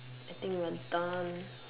I think we are done